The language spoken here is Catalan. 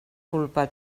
culpa